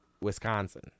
wisconsin